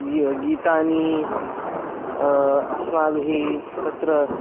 गीयं गीतानि अस्माभिः तत्र